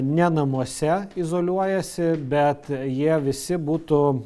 ne namuose izoliuojasi bet jie visi būtų